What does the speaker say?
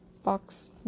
Box